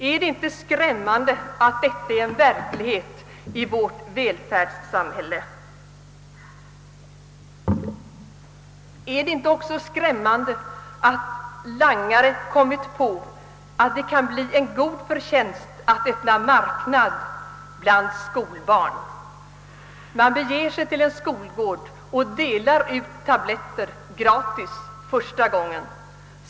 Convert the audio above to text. Är det inte skrämmande att detta är en verklighet i vårt välfärdssamhälle! Och är det inte lika skrämmande att langare har kommit på att det kan bli god förtjänst att öppna marknad bland skolbarn? Man beger sig till en skolgård och delar ut tabletter gratis första gången.